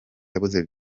yabuze